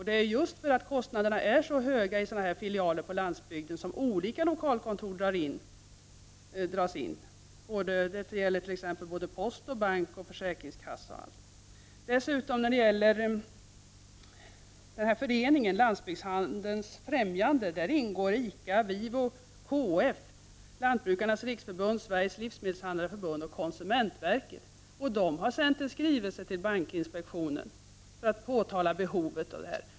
Det är just för att kostnaderna är så höga i filialer på landsbygden som olika lokalkontor dras in. Det gäller post, bank och försäkringskassa. I Föreningen Landsbygdshandelns främjande ingår ICA, Vivo-Favör, KF, Lantbrukarnas riksförbund, Sveriges livsmedelshandlareförbund och konsumentverket. De har sänt en skrivelse till bankinspektionen för att påtala behovet av detta.